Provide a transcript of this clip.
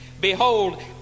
Behold